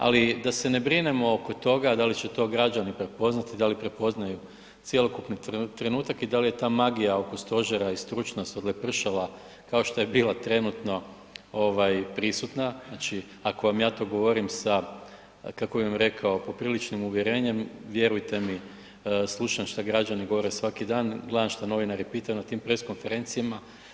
Ali da se ne brinemo oko toga da li će to građani prepoznati i da li prepoznaju cjelokupni trenutak i da li je ta magija oko stožera i stručnost odlepršala kao što je bila trenutno ovaj prisutna, znači ako vam ja to govorim sa kako bih vam rekao popriličnim uvjerenjem, vjerujte mi slušam šta građani govore svaki dan, gledam šta novinari pitaju na tim press konferencijama.